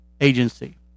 agency